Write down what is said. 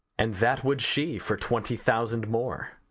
and that would she for twenty thousand more.